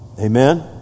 Amen